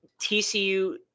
TCU